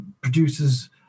producers